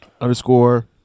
underscore